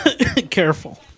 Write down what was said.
Careful